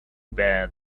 bad